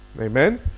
Amen